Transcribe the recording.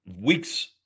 Weeks